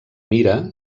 mira